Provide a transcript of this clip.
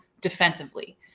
defensively